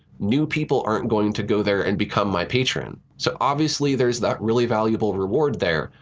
new people aren't going to go there and become my patron. so obviously, there's that really valuable reward there,